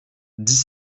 dix